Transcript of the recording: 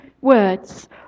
words